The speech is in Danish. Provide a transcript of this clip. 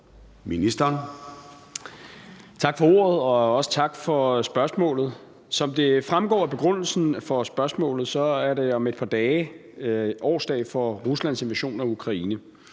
Tak for ordet, og også tak for spørgsmålet. Som det fremgår af begrundelsen for spørgsmålet, er det om et par dage årsdagen for Ruslands invasion af Ukraine.